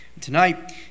Tonight